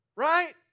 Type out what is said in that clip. Right